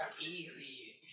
easy